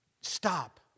stop